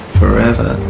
forever